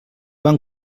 vam